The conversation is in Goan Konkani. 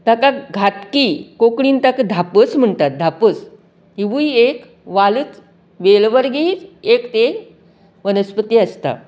ताका घतकी कोंकणीन ताका धापच म्हणटात धापच हिवूय एक वालच वेलवर्गी एक वेल वन्सपती आसता